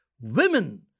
Women